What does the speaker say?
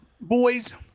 boys